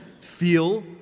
feel